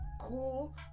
cool